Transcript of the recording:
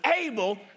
able